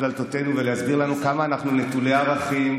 דלתותינו ולהסביר לנו כמה אנחנו נטולי ערכים,